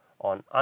on